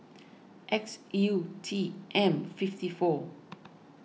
X U T M fifty four